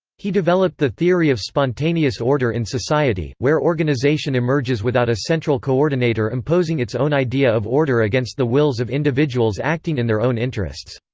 he developed the theory of spontaneous order in society, where organisation emerges without a central coordinator imposing its own idea of order against the wills of individuals acting in their own interests.